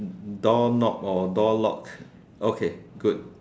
door knob or door lock okay good